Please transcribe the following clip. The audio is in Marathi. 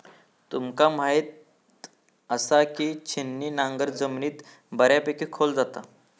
तुमका म्हायत आसा, की छिन्नी नांगर जमिनीत बऱ्यापैकी खोल जाता